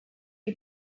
die